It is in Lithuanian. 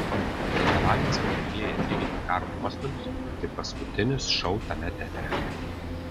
reikalavimas vokietijai atlyginti karo nuostolius tai paskutinis šou tame teatre